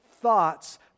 thoughts